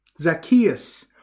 Zacchaeus